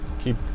keep